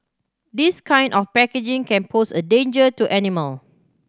this kind of packaging can pose a danger to animal